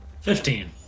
Fifteen